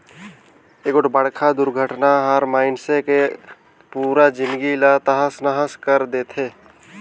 एगोठ बड़खा दुरघटना हर मइनसे के पुरा जिनगी ला तहस नहस कइर देथे